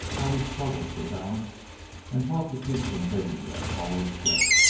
while he struggled for balance and fought to keep from taking that forward step.